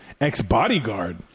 ex-bodyguard